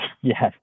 Yes